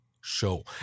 show